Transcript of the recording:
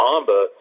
Amba